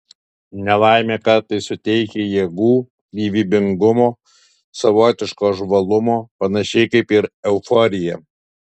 nelaimė kartais suteikia jėgų gyvybingumo savotiško žvalumo panašiai kaip ir euforija